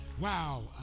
Wow